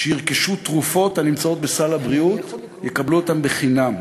שיצרכו תרופות הנמצאות בסל הבריאות יקבלו אותן חינם.